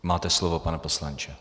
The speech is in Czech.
Máte slovo, pane poslanče.